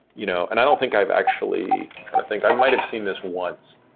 you know and i don't think i've actually, i'm trying to think. i might've seen this once,